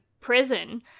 prison